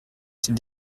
c’est